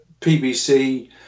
PBC